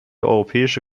europäische